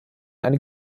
eine